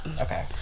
Okay